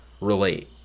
relate